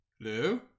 Hello